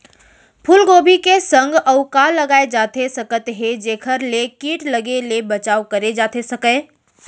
फूलगोभी के संग अऊ का लगाए जाथे सकत हे जेखर ले किट लगे ले बचाव करे जाथे सकय?